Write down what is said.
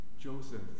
Joseph